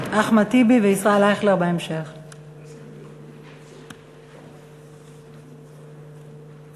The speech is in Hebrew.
הצעות לסדר-היום של חברי הכנסת